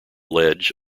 ledge